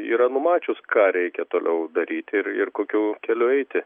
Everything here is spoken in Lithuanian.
yra numačius ką reikia toliau daryti ir ir kokiu keliu eiti